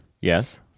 Yes